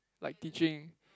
like teaching